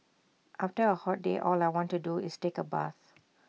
after A hot day all I want to do is take A bath